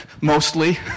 mostly